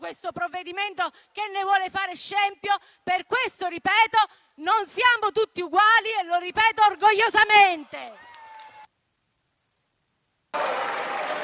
questo provvedimento che ne vuole fare scempio. Per questo, io ripeto: non siamo tutti uguali! E lo ripeto orgogliosamente.